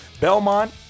Belmont